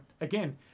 Again